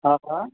हा हा